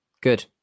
Good